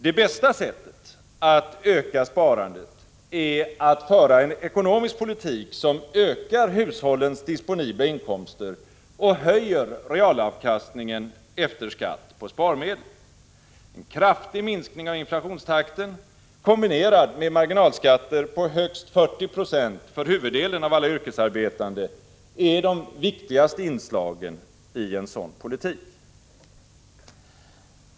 Det bästa sättet att öka sparandet är att föra en ekonomisk politik som ökar hushållens disponibla inkomster och höjer realavkastningen efter skatt på sparmedel. En kraftig minskning av inflationstakten kombinerad med marginalskatter på högst 40 96 för huvuddelen av alla yrkesarbetande är de viktigaste inslagen i en sådan politik.